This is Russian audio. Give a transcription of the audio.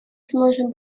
сможем